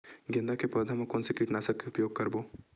गेंदा के पौधा म कोन से कीटनाशक के उपयोग करबो?